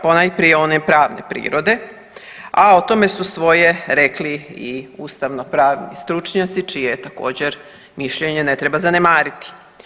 Ponajprije onaj pravne prirode, a o tome su svoje rekli i ustavnopravni stručnjaci čije također mišljenje ne treba zanemariti.